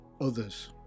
others